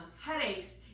headaches